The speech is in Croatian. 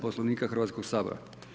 Poslovnika Hrvatskoga sabora.